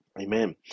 Amen